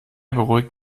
beruhigt